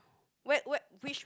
wh~ wh~ which which